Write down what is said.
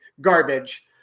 Garbage